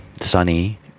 Sunny